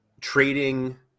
trading